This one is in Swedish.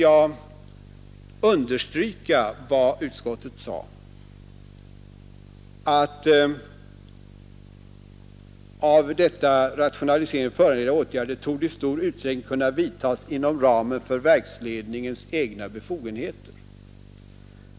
Jag vill understryka att utskottet sade att av rationaliseringen föranledda åtgärder ”torde i stor utsträckning kunna vidtas inom ramen för verksled ningens egna befogenheter”.